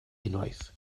unwaith